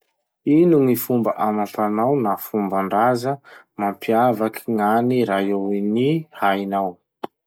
Ino gny fomba amam-panao na fomban-draza mampiavaky gn'any Royaume-Uni hainao?